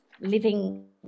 living